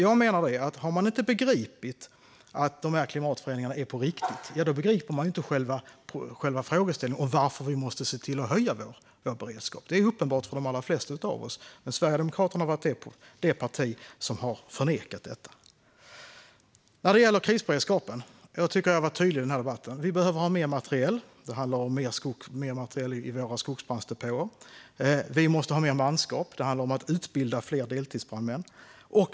Jag menar att om man inte har begripit att klimatförändringarna är på riktigt begriper man inte själva frågeställningen och varför vi måste se till att höja vår beredskap. Det är uppenbart för de allra flesta av oss. Men Sverigedemokraterna har varit det parti som har förnekat det. När det gäller krisberedskapen tycker jag att jag har varit tydlig i den här debatten med att vi behöver ha mer materiel. Det handlar om mer materiel i våra skogsbrandsdepåer. Vi måste också ha mer manskap. Det handlar om att utbilda fler deltidsbrandmän.